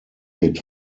hit